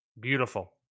Beautiful